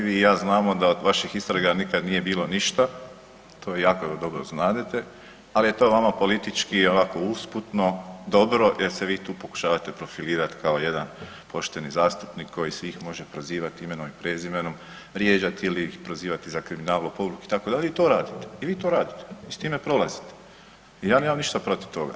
Kolega Grmoja i vi i ja znamo da od vaših istraga nikada nije bilo ništa, to vi jako dobro znadete, ali je to vama politički onako usputno dobro jer se vi tu pokušavate profilirat kao jedan pošteni zastupnik koji svih može prozivati imenom i prezimenom, vrijeđati ili ih prozivati za kriminal, lopovluk itd. i to radite i vi to radite i s time prolazite i ja nemam ništa protiv toga.